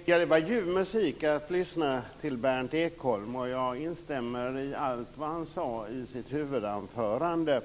Herr talman! Det var ljuv musik att lyssna till Berndt Ekholm, och jag instämmer i allt som han sade i sitt huvudanförande.